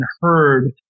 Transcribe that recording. heard